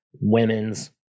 women's